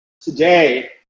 today